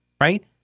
right